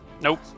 Nope